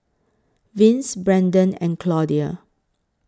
Vince Brenden and Claudia